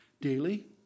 daily